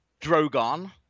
Drogon